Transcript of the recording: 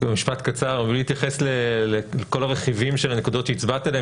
אני לא אתייחס לכל הרכיבים של הנקודות שהצבעת עליהן,